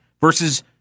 versus